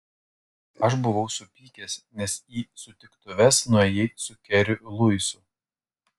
aš buvau supykęs nes į sutiktuves nuėjai su keriu luisu